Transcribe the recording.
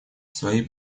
свои